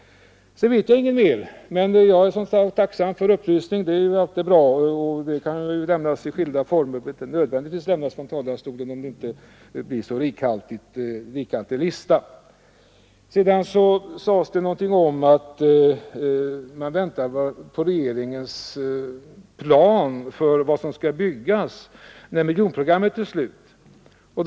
Sedan känner jag inte till några fler utredningar på området, men jag är som sagt tacksam för upplysning. Det är alltid bra med sådan, och den kan lämnas i skilda former; den behöver inte nödvändigtvis lämnas från talarstolen, om listan inte blir alltför rikhaltig. Här har sagts att man väntar på regeringens plan för vad som skall byggas när miljonprogrammet är slutfört.